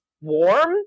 warm